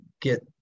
get